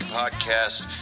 podcast